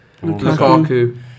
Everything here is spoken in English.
Lukaku